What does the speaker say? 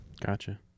Gotcha